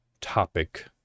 topic